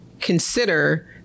consider